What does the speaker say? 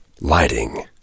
Lighting